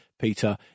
Peter